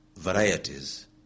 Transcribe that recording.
varieties